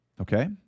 Okay